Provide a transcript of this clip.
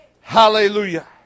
Hallelujah